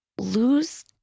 lose